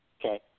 Okay